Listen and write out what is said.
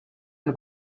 han